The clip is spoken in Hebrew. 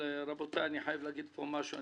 רבותי, אני חייב להגיד פה משהו.